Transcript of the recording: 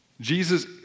Jesus